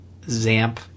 ZAMP